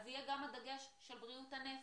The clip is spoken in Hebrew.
אז יהיה גם הדגש של בריאות הנפש.